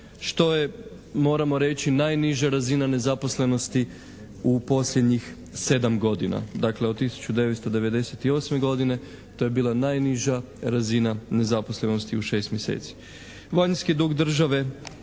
što je moramo reći najniža razina nezaposlenosti u posljednjih sedam godina, dakle od 1998. godine to je bila najniža razina nezaposlenosti u šest mjeseci. Vanjski dug države